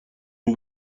این